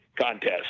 contest